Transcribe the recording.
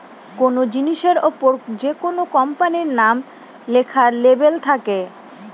কোনো জিনিসের ওপর যেকোনো কোম্পানির নাম লেখা লেবেল থাকে